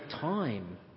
time